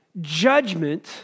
judgment